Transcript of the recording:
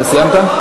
אתה סיימת?